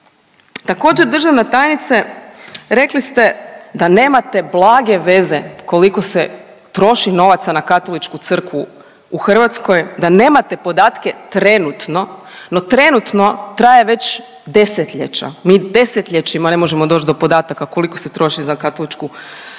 Također državna tajnice rekli ste da nemate blage veze koliko se troši novaca na katoličku crkvu u Hrvatskoj, da nemate podatke trenutno. No, trenutno traje već desetljeća. Mi desetljećima ne možemo doći do podataka koliko se troši za katoličku crkvu